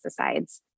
pesticides